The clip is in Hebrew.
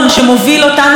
אז לנו יש בעיה,